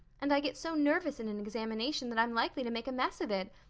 and i get so nervous in an examination that i'm likely to make a mess of it.